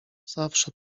zawsze